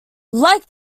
like